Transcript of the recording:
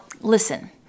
listen